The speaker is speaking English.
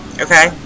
Okay